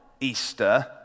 Easter